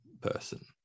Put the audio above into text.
person